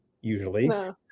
usually